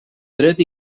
dret